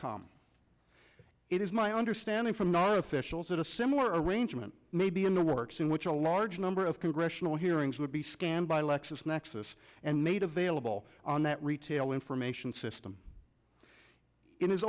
it is my understanding from non official sort of a similar arrangement may be in the works in which a large number of congressional hearings would be scanned by lexis nexis and made available on that retail information system in his